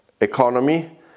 economy